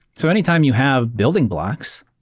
so anytime you have building blocks,